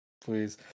Please